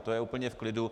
To je úplně v klidu.